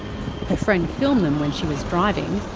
friend filmed them when she was driving.